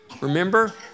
Remember